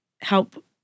help